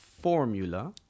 formula